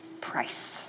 price